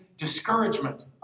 Discouragement